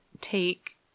take